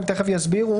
הם תיכף יסבירו.